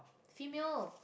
female